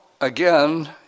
again